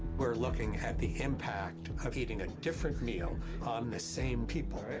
we're looking at the impact of eating a different meal on the same people.